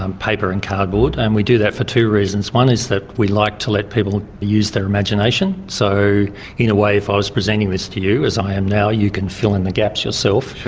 um paper and cardboard, and we do that for two reasons. one is that we like to let people use their imagination. so in a way if i was presenting this to you, as i am now, you can fill in the gaps yourself.